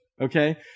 Okay